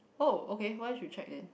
oh okay why should check then